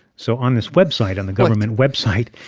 so on this website on the government website,